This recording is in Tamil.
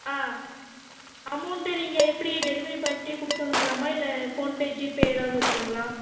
ஆ அமௌண்ட்டு நீங்கள் எப்படி டெலிவரி பாய்கிட்டையே கொடுத்து அனுப்பலாமா இல்லை போன்பே ஜிபே ஏதாவது இருக்குதுங்களா